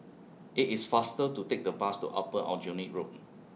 IT IS faster to Take The Bus to Upper Aljunied Road